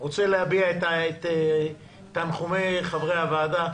אני רוצה להביע את תנחומי חברי הוועדה